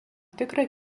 tikrą